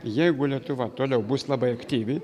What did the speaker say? jeigu lietuva toliau bus labai aktyvi